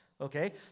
Okay